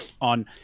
on